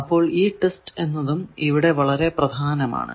അപ്പോൾ ഈ ടെസ്റ്റ് എന്നതും ഇവിടെ വളരെ പ്രധാനമാണ്